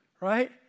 right